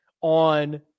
on